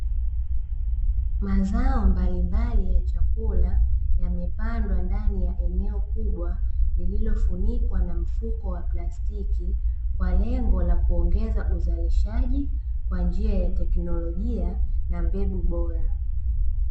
Mazao mbalimbali ya chakula yamepandwa ndani ya eneo kubwa lililofunikwa na mfuko wa plastiki, kwa lengo la kuongeza uzalishajia kwanjia ya teknolojia na mbegu bora.